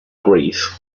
greece